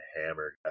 hammer